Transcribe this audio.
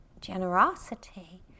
generosity